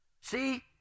See